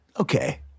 okay